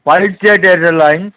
SpiceJet airline